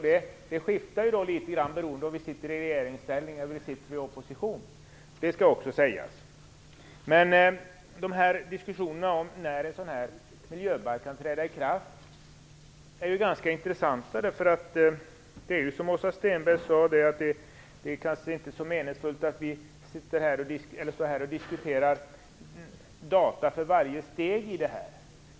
Det skiftar också beroende på om vi befinner oss i regeringsställning eller om vi sitter i opposition. - Det skall också sägas. Diskussionerna om när en miljöbalk kan träda i kraft är intressanta. Det är, som Åsa Stenberg sade, kanske inte så meningsfullt att vi här diskuterar datum för varje steg i arbetet.